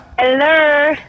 Hello